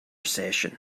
session